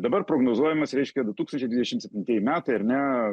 dabar prognozuojamas reiškia du tūkstančiai dvidešim septintieji metai ar ne